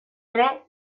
ere